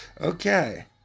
Okay